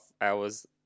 hours